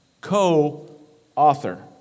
co-author